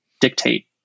dictate